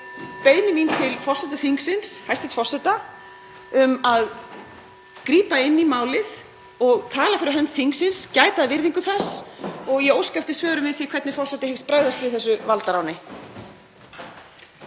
beiðni mína til forseta þingsins, hæstv. forseta, um að grípa inn í málið og tala fyrir hönd þingsins, gæta að virðingu þess. Ég óska eftir svörum við því hvernig forseti hyggst bregðast við þessu valdaráni.